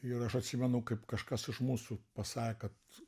ir aš atsimenu kaip kažkas iš mūsų pasakė kad